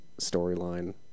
storyline